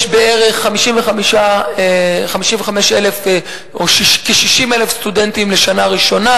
יש בערך 55,000 או 60,000 סטודנטים בשנה ראשונה,